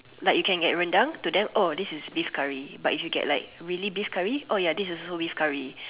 like you can get rendang to them oh this is beef curry but if you get like really beef curry oh ya this is also beef curry